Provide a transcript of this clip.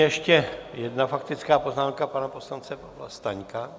Ještě jedna faktická poznámka pana poslance Pavla Staňka.